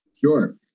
Sure